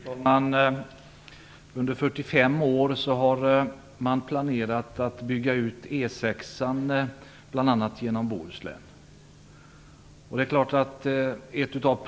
Fru talman! Under 45 år har man planerat att bygga ut E 6:an bl.a. genom Bohuslän.